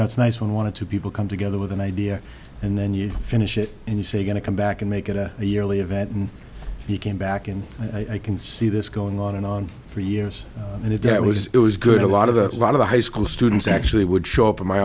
know it's nice when wanted to people come together with an idea and then you finish it and you say going to come back and make it a yearly event and he came back and i can see this going on and on for years and if that was it was good a lot of a lot of the high school students actually would show up at my